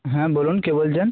হ্যাঁ বলুন কে বলছেন